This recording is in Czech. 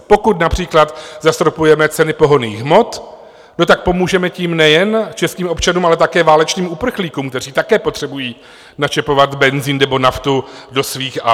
Pokud například zastropujeme ceny pohonných hmot, no tak tím pomůžeme nejen českým občanům, ale také válečným uprchlíkům, kteří také potřebují načepovat benzin nebo naftu do svých aut.